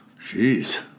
Jeez